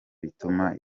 bituma